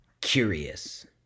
Curious